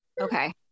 okay